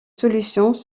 solutions